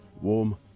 warm